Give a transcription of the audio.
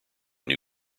new